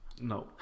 No